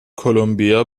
کلمبیا